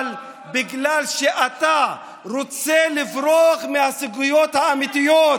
אבל בגלל שאתה רוצה לברוח מהזכויות האמיתיות,